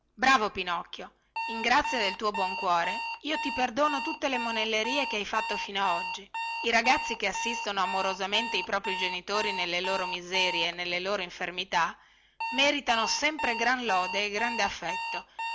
bravo pinocchio in grazia del tuo buon cuore io ti perdono tutte le monellerie che hai fatto fino a oggi i ragazzi che assistono amorosamente i propri genitori nelle loro miserie e nelle loro infermità meritano sempre gran lode e grande affetto